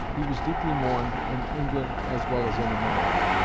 he was deeply mourned in england as well as in america.